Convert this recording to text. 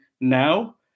now